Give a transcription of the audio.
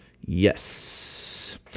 yes